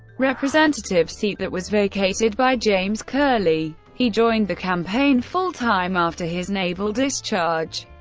representative seat that was vacated by james curley he joined the campaign full-time after his naval discharge.